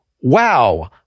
wow